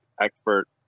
expert